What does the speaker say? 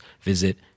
visit